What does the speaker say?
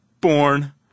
Born